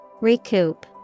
Recoup